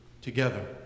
together